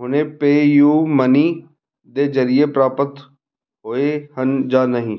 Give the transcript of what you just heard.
ਹੁਣ PayU money ਦੇ ਜ਼ਰੀਏ ਪ੍ਰਾਪਤ ਹੋਏ ਹਨ ਜਾਂ ਨਹੀਂ